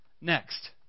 Next